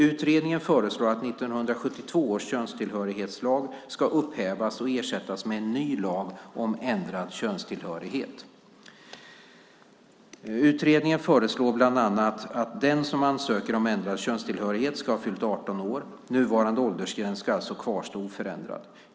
Utredningen föreslår att 1972 års könstillhörighetslag ska upphävas och ersättas med en ny lag om ändrad könstillhörighet. Utredningen föreslår bland annat att den som ansöker om ändrad könstillhörighet ska ha fyllt 18 år. Nuvarande åldersgräns ska alltså kvarstå oförändrad.